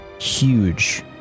huge